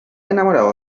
enamorado